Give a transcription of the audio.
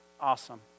Awesome